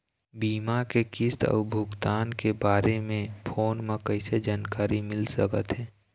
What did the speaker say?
बीमा के किस्त अऊ भुगतान के बारे मे फोन म कइसे जानकारी मिल सकत हे?